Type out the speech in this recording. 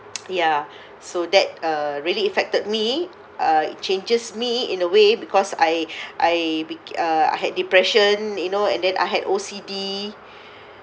ya so that uh really affected me uh changes me in a way because I I be uh I had depression you know and then I had O_C_D